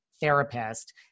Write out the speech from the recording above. therapist